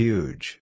Huge